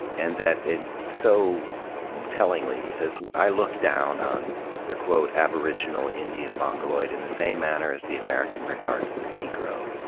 and that, so tellingly, he says, i look down on the quote aboriginal indian mongoloid in the same manner as the american regards the negro.